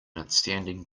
outstanding